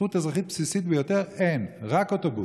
זכות אזרחית בסיסית ביותר אין, רק אוטובוסים.